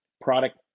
product